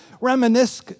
reminisce